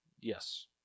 Yes